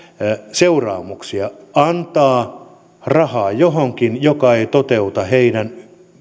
seuraamuksia vaan antaa rahaa johonkin joka ei toteuta heidän